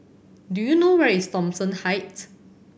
do you know where is Thomson Heights